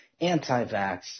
anti-vax